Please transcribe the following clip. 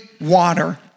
water